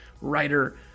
writer